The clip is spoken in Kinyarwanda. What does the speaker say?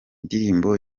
ndirimbo